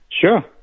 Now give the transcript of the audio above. Sure